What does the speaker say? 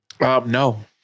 No